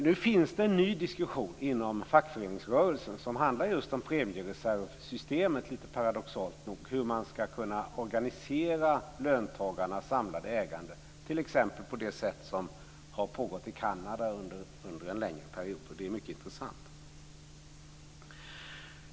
Nu finns det en ny diskussion inom fackföreningsrörelsen som handlar just om premiereservssystemet, paradoxalt nog, och hur man ska kunna organisera löntagarnas samlade ägande t.ex. på det sätt som har pågått i Kanada under en längre period. Det är mycket intressant.